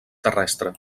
terrestre